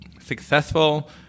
successful